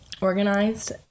organized